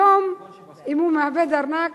היום, אם הוא מאבד ארנק,